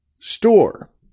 store